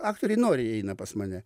aktoriai noriai eina pas mane